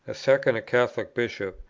a second a catholic bishop,